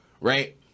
Right